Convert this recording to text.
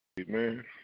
amen